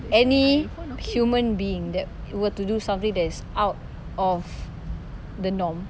any human being that were to do something that is out of the norm